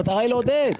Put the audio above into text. המטרה היא לעודד.